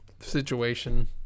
situation